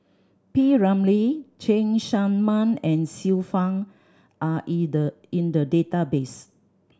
P Ramlee Cheng Tsang Man and Xiu Fang are the in the database